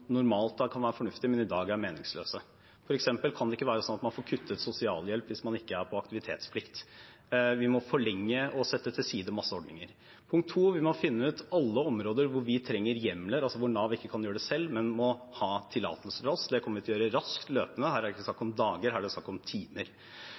normalt kan være fornuftige, men som i dag er meningsløse. For eksempel kan det ikke være slik at man får kuttet sosialhjelp hvis man ikke er på aktivitetsplikt. Vi må forlenge og sette til side mange ordninger. Punkt to: Vi må finne ut alle områder hvor vi trenger hjemler, hvor Nav ikke kan gjøre det selv, men må ha tillatelse fra oss. Det kommer vi til å gjøre raskt, løpende – her er det ikke snakk